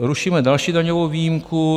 Rušíme další daňovou výjimku.